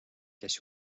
kes